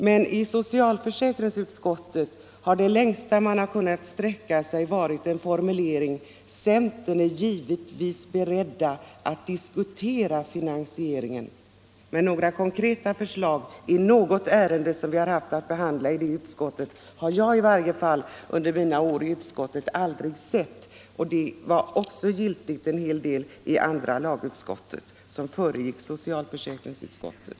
Men i socialförsäkringsutskottet har det längsta man kunnat sträcka sig till varit en formulering om att centern är givetvis beredd att diskutera finansieringen. Men några konkreta förslag i något ärende som vi har haft att behandla i utskottet har jag i varje fall under mina år i socialförsäkringsutskottet aldrig sett. Detta gäller till en hel del i andra lagutskottet, som föregick socialförsäkringsutskottet.